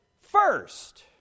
first